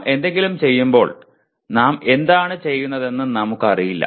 നാം എന്തെങ്കിലും ചെയ്യുമ്പോൾ നാം എന്താണ് ചെയ്യുന്നതെന്ന് നമുക്ക് അറിയില്ല